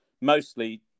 mostly